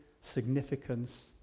significance